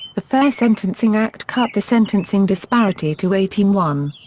the fair sentencing act cut the sentencing disparity to eighteen one.